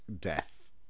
death